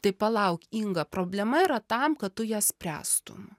tai palauk inga problema yra tam kad tu ją spręstum